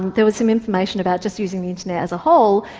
there was some information about just using the internet as a whole,